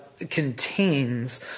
Contains